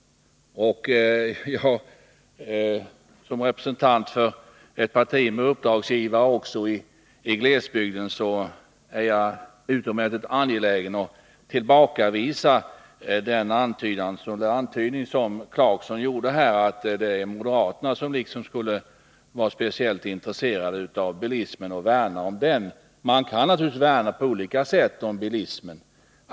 Som representant för ett parti med uppdragsgivare också i glesbygden är jag utomordentligt angelägen att tillbakavisa den antydan som Rolf Clarkson här gjorde om att det är moderaterna som skulle vara speciellt intresserade av bilismen och värna om den. Man kan naturligtvis värna om bilismen på olika sätt.